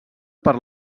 per